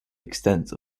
extent